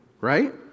right